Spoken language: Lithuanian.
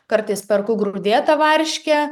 kartais perku grūdėtą varškę